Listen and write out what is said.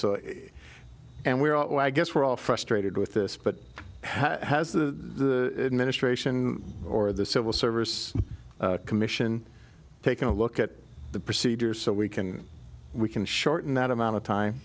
t and we're all i guess we're all frustrated with this but has the administration or the civil service commission take a look at the procedures so we can we can shorten that amount of time